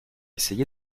essayer